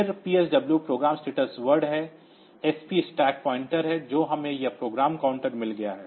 फिर PSW program status शब्द है SP स्टैक पॉइंटर है तो हमें यह प्रोग्राम काउंटर मिल गया है